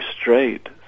straight